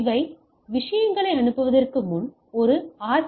எனவே விஷயங்களை அனுப்புவதற்கு முன்பு அது ஒரு ஆர்